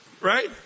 Right